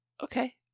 Okay